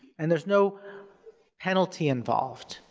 and there's no penalty involved.